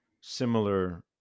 similar